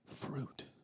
fruit